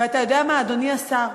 ואתה יודע מה, אדוני השר,